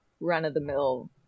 run-of-the-mill